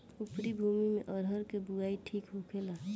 उपरी भूमी में अरहर के बुआई ठीक होखेला?